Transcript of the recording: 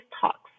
talks